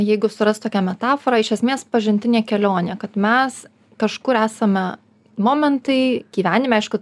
jeigu surast tokią metaforą iš esmės pažintinė kelionė kad mes kažkur esame momentai gyvenime aišku